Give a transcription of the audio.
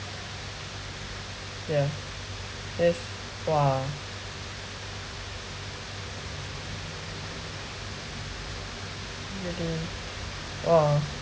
yeah yes !wah! you do !wah!